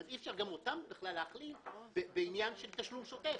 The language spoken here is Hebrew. אי אפשר גם אותן להכליל בעניין של תשלום שוטף.